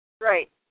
Right